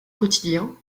quotidien